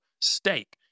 Stake